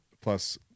plus